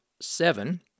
seven